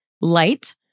light